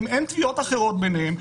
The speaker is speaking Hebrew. אם אין תביעות אחרות ביניהם,